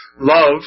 love